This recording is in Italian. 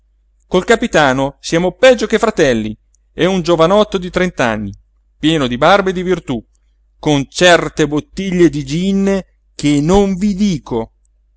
col capitano siamo peggio che fratelli è un giovanotto di trent'anni pieno di barba e di virtú con certe bottiglie di gin che non vi dico